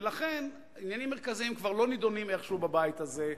ולכן עניינים מרכזיים כבר לא נדונים איכשהו בבית הזה.